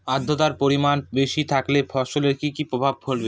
আদ্রর্তার পরিমান বেশি থাকলে ফসলে কি কি প্রভাব ফেলবে?